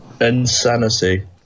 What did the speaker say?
Insanity